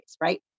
right